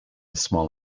small